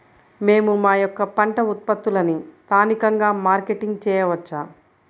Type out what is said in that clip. మేము మా యొక్క పంట ఉత్పత్తులని స్థానికంగా మార్కెటింగ్ చేయవచ్చా?